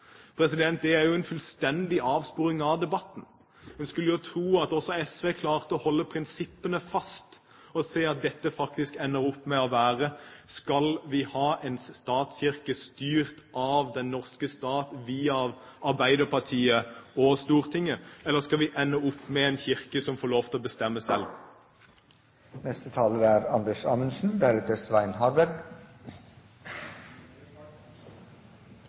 Det er jo en fullstendig avsporing av debatten. Man skulle jo tro at også SV klarte å holde fast på prinsippene og se at dette faktisk ender opp i om vi skal ha en statskirke styrt av den norske stat via Arbeiderpartiet og Stortinget, eller om vi skal ende opp med en kirke som får lov til å bestemme selv.